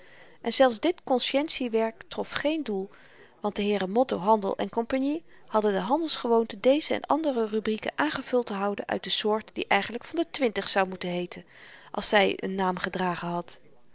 en zelfs dit konscientie werk trof geen doel want de heeren motto handel cie hadden de handelsgewoonte deze en andere rubrieken aangevuld te houden uit de soort die eigenlyk van de twintig zou moeten heeten als zy n naam gedragen had